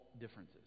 differences